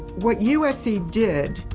what usc did,